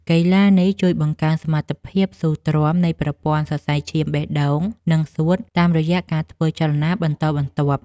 កីឡានេះជួយបង្កើនសមត្ថភាពស៊ូទ្រាំនៃប្រព័ន្ធសរសៃឈាមបេះដូង និងសួត តាមរយៈការធ្វើចលនាបន្តបន្ទាប់។